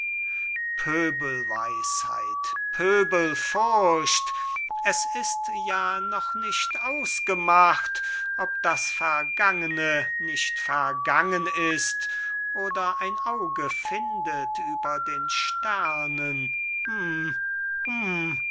pöbel weisheit pöbel furcht es ist ja noch nicht ausgemacht ob das vergangene nicht vergangen ist oder ein auge findet über den sternen